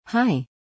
Hi